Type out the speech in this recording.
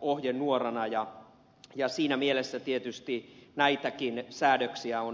ohjenuorana ja siinä mielessä tietysti näitäkin säädöksiä on pohdittu